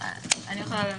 אני יכולה להתחיל.